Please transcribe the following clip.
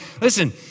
listen